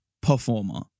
performer